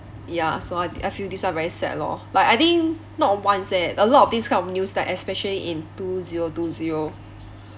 ya so I I feel this one very sad lor like I think not once leh a lot of this kind of news like especially in two zero two zero